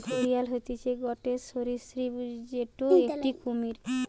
ঘড়িয়াল হতিছে গটে সরীসৃপ যেটো একটি কুমির